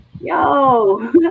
yo